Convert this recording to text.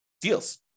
deals